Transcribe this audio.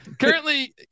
currently